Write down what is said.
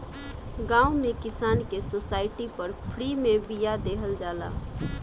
गांव में किसान के सोसाइटी पर फ्री में बिया देहल जाला